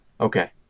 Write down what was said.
Okay